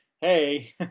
hey